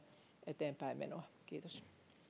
eteenpäinmenoa kiitos